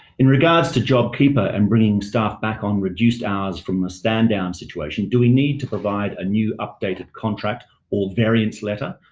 in regards to jobkeeper and bringing staff back on reduced hours from a stand down situation, do we need to provide a new updated contract or variants letter,